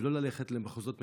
ולא ללכת למחוזות מטורללים.